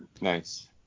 Nice